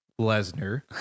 Lesnar